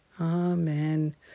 Amen